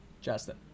Justin